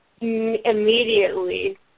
immediately